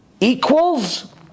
equals